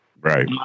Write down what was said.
right